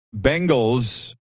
Bengals